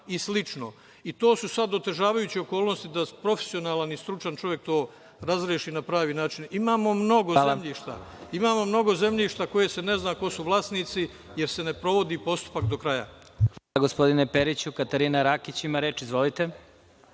To su sad otežavajuće okolnosti da profesionalan i stručan čovek to razreši na pravi način. Imamo mnogo zemljišta za koje se ne zna ko su vlasnici, jer se ne sprovodi postupak do kraja. **Vladimir Marinković** Hvala, gospodine Periću. Katarina Rakić ima reč. Izvolite.